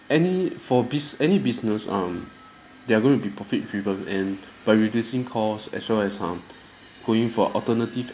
any for busi~ any business um they're going to be profit-driven and by reducing cost as well as um going for alternative